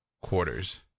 quarters